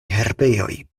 herbejoj